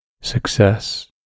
Success